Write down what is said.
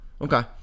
Okay